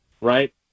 right